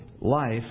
life